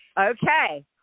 Okay